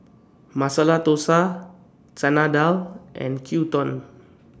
Masala Dosa Chana Dal and Gyudon